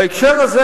בהקשר הזה